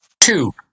Two